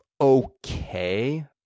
okay